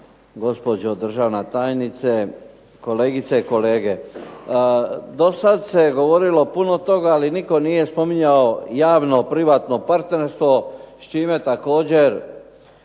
Gospođo državna tajnice, kolegice i kolege. Do sada se govorilo puno toga, ali nitko nije spominjao javno-privatno partnerstvo s čime također